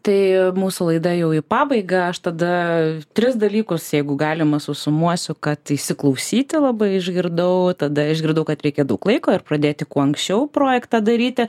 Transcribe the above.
tai mūsų laida jau į pabaigą aš tada tris dalykus jeigu galima susumuosiu kad įsiklausyti labai išgirdau tada išgirdau kad reikia daug laiko ir pradėti kuo anksčiau projektą daryti